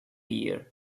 year